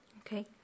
Okay